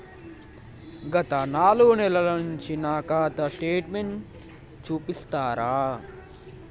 గత నాలుగు నెలల నుంచి నా ఖాతా స్టేట్మెంట్ చూపిస్తరా?